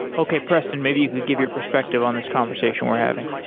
okay, preston, maybe you could give your perspective on this conversation we're having.